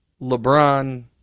LeBron